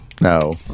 No